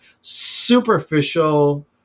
superficial